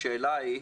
השאלה היא: